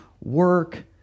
work